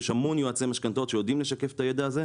יש המון יועצי משכנתאות שיודעים לשקף את הידע הזה,